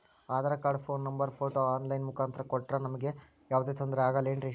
Aadhaar card, phone number, photo online ಮುಖಾಂತ್ರ ಕೊಟ್ರ ನಮಗೆ ಯಾವುದೇ ತೊಂದ್ರೆ ಆಗಲೇನ್ರಿ?